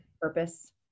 purpose